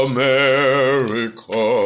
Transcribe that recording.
America